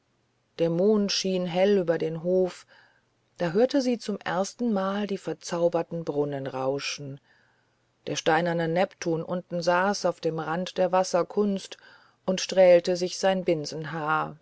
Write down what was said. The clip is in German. der mond schien hell über den hof da hörte sie zum erstenmal die verzauberten brunnen rauschen der steinerne neptun unten saß auf dem rand der wasserkunst und strählte sich sein